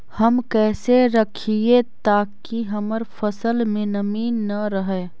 हम कैसे रखिये ताकी हमर फ़सल में नमी न रहै?